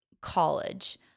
college